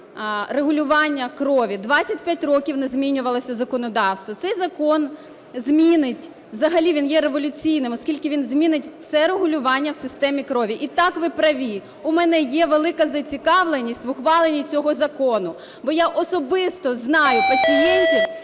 регулювання крові. 25 років не змінювалося законодавство. Цей закон змінить, взагалі він є революційним, оскільки він змінить все регулювання в системі крові. І, так, ви праві, у мене є велика зацікавленість в ухваленні цього закону, бо я особисто знаю пацієнтів,